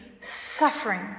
suffering